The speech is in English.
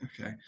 okay